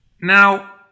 Now